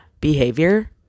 behavior